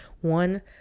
one